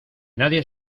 nadie